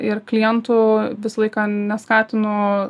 ir klientų visą laiką neskatinu